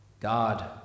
God